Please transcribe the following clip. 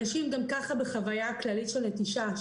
אנשים גם כך בחוויה כללית של הפקרה ונטישה.